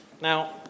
Now